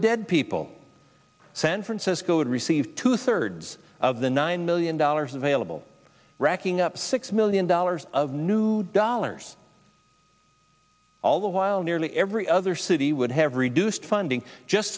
dead people san francisco would receive two thirds of the nine million dollars available racking up six million dollars of new dollars all the while nearly every other city would have reduced funding just